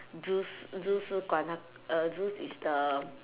zeus zeus 是管那 uh zeus is the